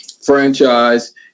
franchise